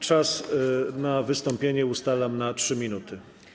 Czas na wystąpienie ustalam na 3 minuty.